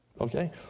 Okay